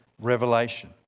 revelation